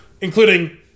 including